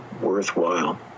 worthwhile